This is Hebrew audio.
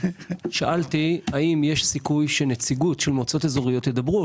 האם יש סיכוי שנציגות של מועצות אזוריות ידברו,